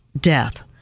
death